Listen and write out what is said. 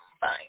Fine